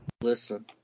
Listen